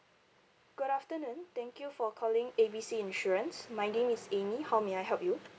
good afternoon thank you for calling A B C insurance my name is amy how may I help you